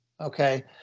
Okay